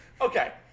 Okay